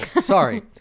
sorry